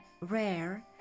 rare